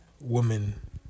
woman